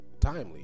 timely